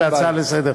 להצעה לסדר-היום.